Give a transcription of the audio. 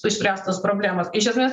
išspręstos problemos iš esmės